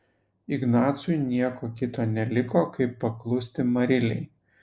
ignacui nieko kita neliko kaip paklusti marilei